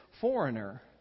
foreigner